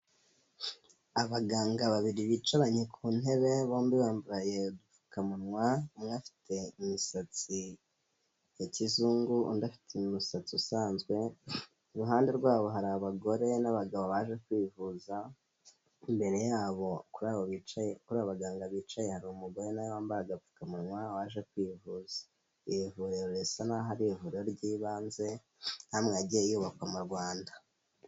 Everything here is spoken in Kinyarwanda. Abaganga babiri bicaranye ku ntebe bombi bambaye udupfukamunwa, umwe afite imisatsi ya kizungu, undi afite umusatsi usanzwe, iruhande rwabo hari abagore n'abagabo baje kwivuza, imbere yabo kuri abo bicaye kuri abo baganga bicaye hari umugore nawe wambaye agapfukamunwa waje kwivuza, iri Vuriro risa naho ari Ivuriro ry'ibanze nkamwe yagiye yubakwa mu Rwanda.